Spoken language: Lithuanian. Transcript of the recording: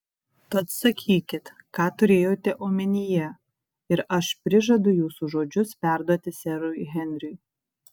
tad sakykit ką turėjote omenyje ir aš prižadu jūsų žodžius perduoti serui henriui